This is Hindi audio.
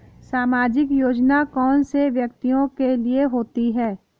सामाजिक योजना कौन से व्यक्तियों के लिए होती है?